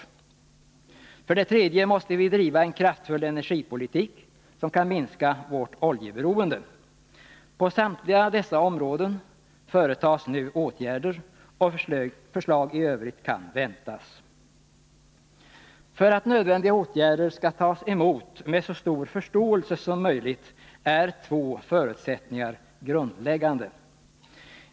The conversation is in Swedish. För det tredje måste vi driva en kraftfull energipolitik som kan minska vårt oljeberoende. På samtliga dessa områden företas nu åtgärder, och förslag i övrigt kan väntas. För att nödvändiga åtgärder skall tas emot med så stor förståelse som möjligt, är två förutsättningar grundläggande.